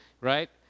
right